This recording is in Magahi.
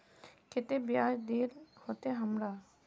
केते बियाज देल होते हमरा?